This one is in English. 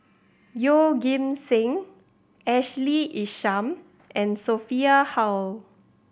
Yeoh Ghim Seng Ashley Isham and Sophia Hull